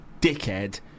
dickhead